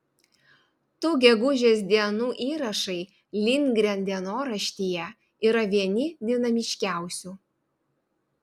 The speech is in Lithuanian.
tų gegužės dienų įrašai lindgren dienoraštyje yra vieni dinamiškiausių